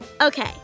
Okay